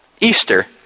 Easter